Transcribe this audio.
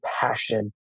passion